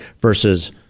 versus